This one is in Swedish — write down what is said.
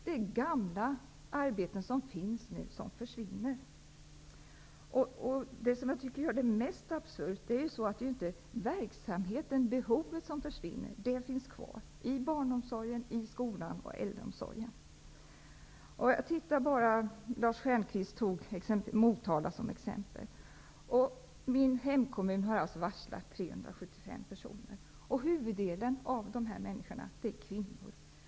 Det är gamla arbeten som finns och som nu försvinner. Det som är mest absurt är att det inte är behovet som försvinner. Det finns kvar i barnomsorgen, i skolan och i äldreomsorgen. Lars Stjernkvist tog upp Motala som exempel. Min hemkommun har alltså varslat 375 personer. Huvuddelen av dessa människor är kvinnor.